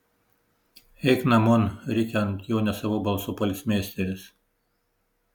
eik namon rėkia ant jo nesavu balsu policmeisteris